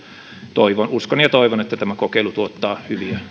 uskon ja toivon että tämä kokeilu tuottaa hyviä